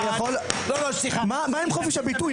עופר, עופר, מה עם חופש הביטוי?